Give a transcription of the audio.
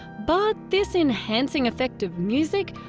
but, this enhancing effect of music,